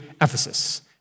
Ephesus